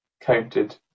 counted